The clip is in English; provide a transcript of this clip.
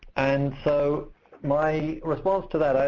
and so my response to that,